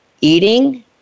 eating